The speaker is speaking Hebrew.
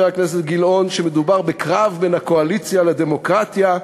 הכנסת גילאון שמדובר בקרב בין הקואליציה לדמוקרטיה.